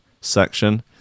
section